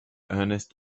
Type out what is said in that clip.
ernest